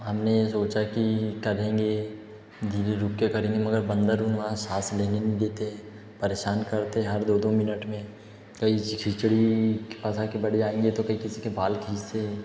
हम ने ये सोचा कि करेंगे धीरे रुक के करेंगे मगर बंदर उन वहाँ साँस लेने नी देते परेशान करते हर दो दो मिनट में कहीं खिचड़ी खा खा के बैठ जाएंगे तो कहीं किसी के बाल खींचते हैं